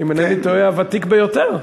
אם אינני טועה, הוותיק ביותר.